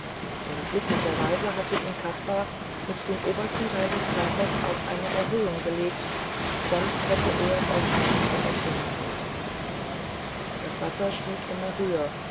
denn glücklicherweise hatte ihn kaspar mit dem obern teile des körpers auf eine erhöhung gelegt sonst hätte er auf einmal ertrinken müssen das wasser stieg immer höher